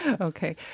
Okay